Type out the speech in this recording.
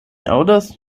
aŭdas